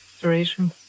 duration